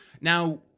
Now